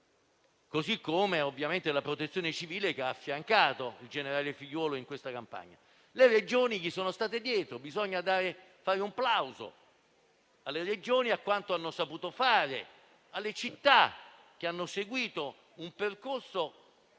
discorso vale, ovviamente, per la Protezione civile, che ha affiancato il generale Figliuolo in questa campagna, e per le Regioni che gli sono state dietro: bisogna fare un plauso alle Regioni per quanto hanno saputo fare e alle città, che hanno seguito un percorso